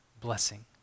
blessing